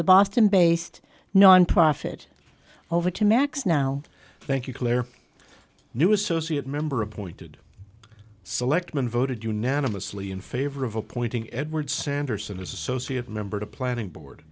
the boston based nonprofit over to max now thank you claire new associate member appointed selectmen voted unanimously in favor of appointing edward sanderson as associate member the planning bo